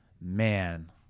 man